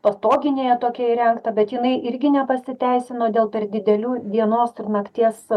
pastoginėje tokia įrengta bet jinai irgi nepasiteisino dėl per didelių dienos ir nakties